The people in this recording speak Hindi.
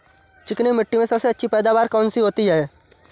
चिकनी मिट्टी में सबसे अच्छी पैदावार कौन सी होती हैं?